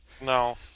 No